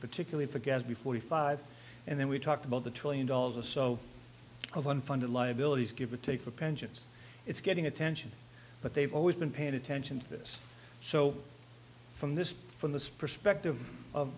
particularly for gabby forty five and then we talked about the trillion dollars or so of unfunded liabilities give or take the pensions it's getting attention but they've always been paying attention to this so from this from the perspective of